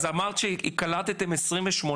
אז אמרת שקלטתם 25?